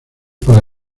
para